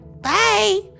Bye